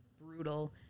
brutal